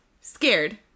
scared